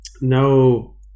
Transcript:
no